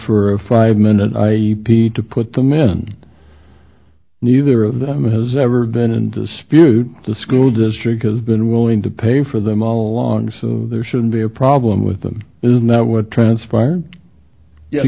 a five minute i need to put them in a new there of them has ever been in dispute the school district has been willing to pay for them all along so there shouldn't be a problem with them is now what transpired yeah